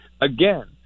again